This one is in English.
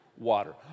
water